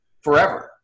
forever